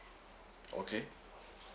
okay